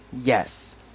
Yes